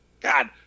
God